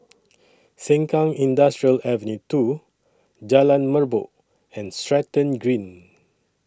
Sengkang Industrial Ave two Jalan Merbok and Stratton Green